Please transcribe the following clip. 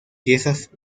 piezas